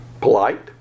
Polite